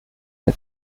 der